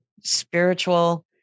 spiritual